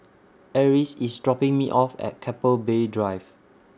Eris IS dropping Me off At Keppel Bay Drive